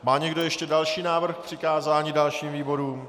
Má někdo ještě další návrh k přikázání dalším výborům?